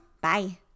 Bye